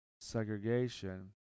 segregation